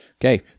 okay